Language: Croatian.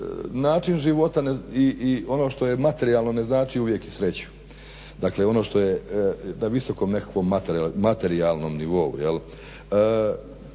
način života i ono što je materijalno ne znači uvijek i sreću. Dakle, ono što je na visokom nekakvom materijalnom nivo.